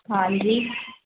हाँ जी